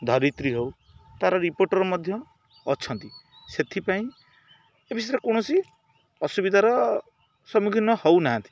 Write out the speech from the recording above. ଧରିତ୍ରୀ ହଉ ତାର ରିପୋର୍ଟର୍ ମଧ୍ୟ ଅଛନ୍ତି ସେଥିପାଇଁ ଏ ବିଷୟରେ କୌଣସି ଅସୁବିଧାର ସମ୍ମୁଖୀନ ହଉନାହାନ୍ତି